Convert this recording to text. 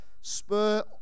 spur